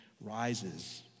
rises